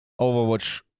Overwatch